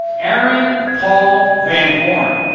aaron paul van horn.